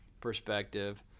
perspective